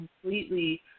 completely